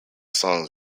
songs